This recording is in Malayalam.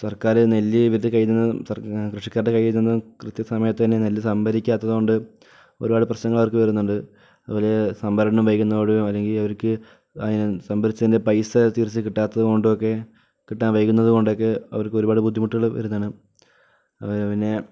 സർക്കാർ നെൽവിത്ത് കയറ്റുന്നതും കൃഷിക്കാരുടെ കയ്യിൽ നിന്നും കൃത്യ സമയത്ത് തന്നെ നെല്ല് സംഭരിക്കാത്തതുകൊണ്ട് ഒരുപാട് പ്രശ്നങ്ങൾ അവർക്ക് വരുന്നുണ്ട് അതുപൊലെ സംഭരണം വൈകുന്നതോടുകൂടിയും അല്ലെങ്കിൽ അവർക്ക് സംഭരിച്ചതിൻ്റെ പൈസ തിരിച്ചു കിട്ടാത്തത് കൊണ്ടുമൊക്കെ കിട്ടാൻ വൈകുന്നതുകൊണ്ടൊക്കെ അവർക്ക് ഒരുപാട് ബുദ്ധിമുട്ടുകൾ വരുന്നതാണ് അതുപോലെ പിന്നെ